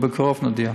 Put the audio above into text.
ובקרוב נודיע.